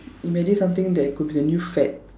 imagine something that could be a new fad